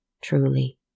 truly